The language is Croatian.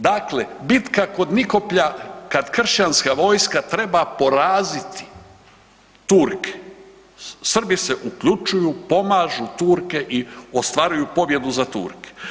Dakle, bitka kod Nikoplja kad kršćanska vojska treba poraziti Turke, Srbi se uključuju pomažu Turke i ostvaruju pobjedu za Turke.